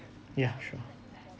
ya sure